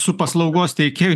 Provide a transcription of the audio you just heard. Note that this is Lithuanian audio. su paslaugos teikėju